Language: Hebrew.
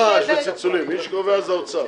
מי שקובע זה האוצר,